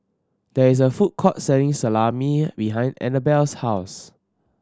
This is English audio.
there is a food court selling Salami behind Annabel's house